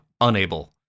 unable